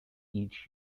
each